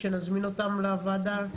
שנזמין אותם לוועדה.